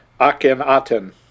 Akhenaten